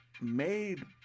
made